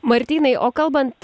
martynai o kalbant